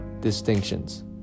distinctions